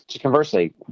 Conversely